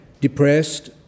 depressed